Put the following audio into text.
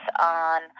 on